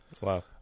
Wow